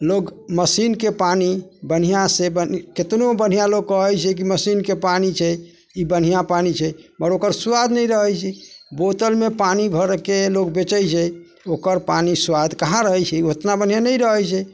लोग मशीनके पानि बढ़िआँसँ बऽ केतनो लोक बढ़िआँ लोक कहै छै लेकिन मशीनके पानि छै ई बढ़िआँ पानि छै मगर ओकर स्वाद नहि रहै छै बोतलमे पानि भरिके लोक बेचै छै ओकर पानि स्वाद कहाँ रहै छै ओतना बढ़िआँ नहि रहै छै